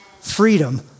Freedom